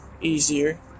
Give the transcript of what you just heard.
easier